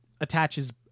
attaches